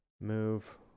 move